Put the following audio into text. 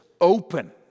open